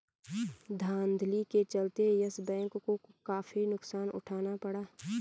धांधली के चलते यस बैंक को काफी नुकसान उठाना पड़ा